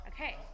Okay